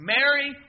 Mary